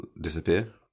disappear